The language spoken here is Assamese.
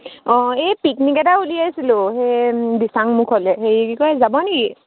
অঁ এই পিকনিক এটা উলিয়াইছিলোঁ সেই দিচাংমুখলৈ হেৰি কি বুলি কয় যাব নেকি